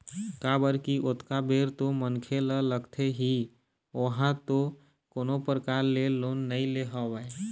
काबर की ओतका बेर तो मनखे ल लगथे की ओहा तो कोनो परकार ले लोन नइ ले हवय